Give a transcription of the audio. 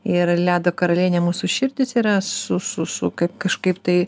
ir ledo karalienė mūsų širdys yra su su kažkaip tai